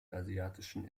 asiatischen